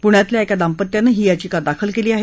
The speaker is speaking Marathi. पुण्यातल्या एका दांपत्यानं ही याचिका दाखल केली आहे